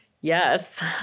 Yes